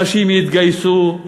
אנשים יתגייסו,